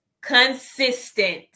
consistent